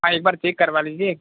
हाँ एक बार चेक करवा लीजिए